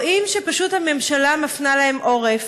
רואים שפשוט הממשלה מפנה להם עורף.